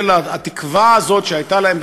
התקווה הזאת שהייתה להם,